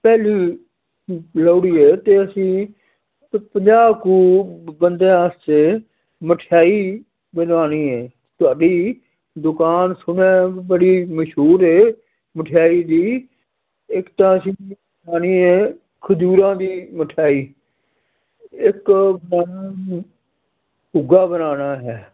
ਪਹਿਲੀ ਲੋਹੜੀ ਹੈ ਅਤੇ ਅਸੀਂ ਪੰਜਾਹ ਕੁ ਬੰਦਿਆਂ ਵਾਸਤੇ ਮਠਿਆਈ ਬਣਵਾਉਣੀ ਏ ਤੁਹਾਡੀ ਦੁਕਾਨ ਸੁਣਿਆ ਬੜੀ ਮਸ਼ਹੂਰ ਹੈ ਮਠਿਆਈ ਦੀ ਇੱਕ ਤਾਂ ਅਸੀਂ ਬਣਾਉਣੀ ਏ ਖਜੂਰਾਂ ਦੀ ਮਿਠਾਈ ਇੱਕ ਮਤਲਬ ਭੁੱਗਾ ਬਣਾਉਣਾ ਹੈ